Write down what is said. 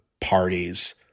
parties